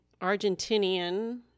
argentinian